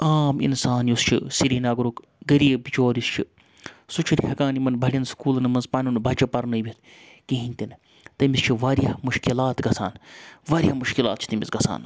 عام اِنسان یُس چھُ سرینَگرُک غریٖب بِچور یُس چھُ سُہ چھُنہٕ ہٮٚکان یِمَن بَڑٮ۪ن سکوٗلَن منٛز پَنُن بَچہٕ پَرنٲوِتھ کِہیٖنۍ تہِ نہٕ تٔمِس چھِ واریاہ مُشکِلات گژھان واریاہ مُشکِلات چھِ تٔمِس گژھان